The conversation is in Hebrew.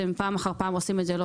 פעם אחר פעם אתם עושים את זה לא טוב,